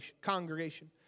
congregation